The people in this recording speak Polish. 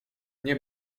nie